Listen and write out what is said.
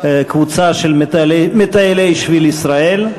קבוצה של מטיילי שביל ישראל.